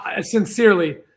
sincerely